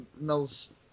Mel's